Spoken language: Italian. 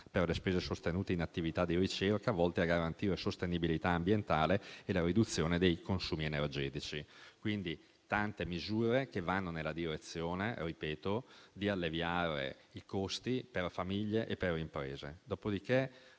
per le spese sostenute in attività di ricerca volte a garantire la sostenibilità ambientale e la riduzione dei consumi energetici. Si tratta quindi di tante misure che vanno nella direzione - lo ripeto - di ridurre i costi per famiglie e imprese.